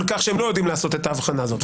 כך שהם לא יודעים לעשות את ההבחנה הזאת.